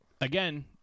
again